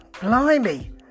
Blimey